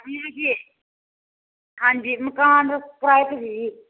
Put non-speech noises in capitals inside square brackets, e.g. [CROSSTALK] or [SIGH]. [UNINTELLIGIBLE] ਹਾਂਜੀ ਮਕਾਨ ਕਿਰਾਏ 'ਤੇ ਸੀ ਜੀ